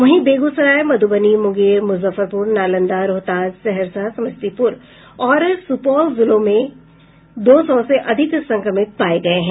वहीं बेगूसराय मधुबनी मुंगेर मुजफ्फरपुर नालंदा रोहतास सहरसा समस्तीपुर और सुपौल जिलों से दो सौ से अधिक संक्रमित पाये गये हैं